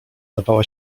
dawała